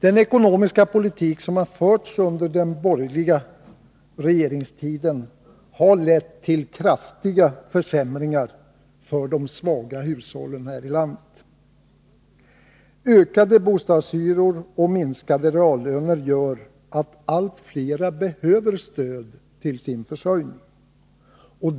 Den ekonomiska politik som förts under den borgerliga regeringstiden har lett till kraftiga försämringar för de svaga hushållen här i landet. Ökade bostadshyror och minskade reallöner gör att allt fler behöver stöd till sin försörjning.